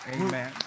amen